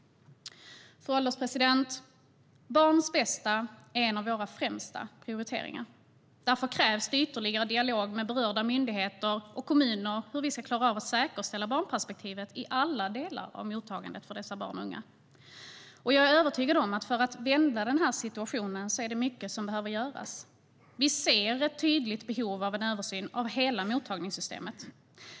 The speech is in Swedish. Fru ålderspresident! Barns bästa är en av våra främsta prioriteter. Därför krävs det ytterligare dialog med berörda myndigheter och kommuner om hur vi ska klara av att säkerställa barnperspektivet i alla delar av mottagandet av dessa barn och unga. För att vända situationen är det mycket som behöver göras. Vi ser ett tydligt behov av en översyn av hela mottagningssystemet.